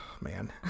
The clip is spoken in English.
man